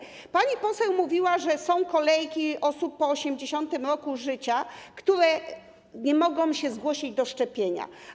Maska na nos. Pani poseł mówiła, że są kolejki osób po 80. roku życia, które nie mogą się zgłosić do szczepienia.